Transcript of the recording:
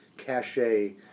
cachet